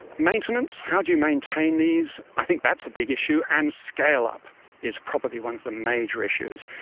maintenance, how do you maintain these? i think that's a big issue. and scale-up is probably one of the major issues.